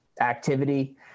activity